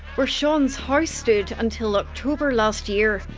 where sean's house stood until october last year,